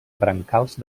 brancals